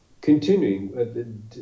continuing